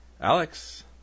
Alex